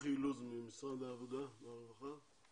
יוכי אילוז ממשרד העבודה והרווחה.